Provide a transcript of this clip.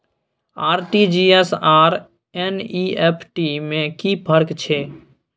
RTG S आर NEFT में कि फर्क छै?